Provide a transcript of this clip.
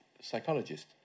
psychologist